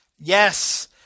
Yes